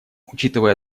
учитывая